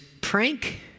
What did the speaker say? prank